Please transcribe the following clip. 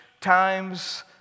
times